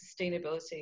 sustainability